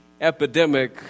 epidemic